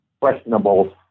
questionable